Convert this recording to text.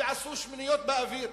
ועשו שמיניות באוויר.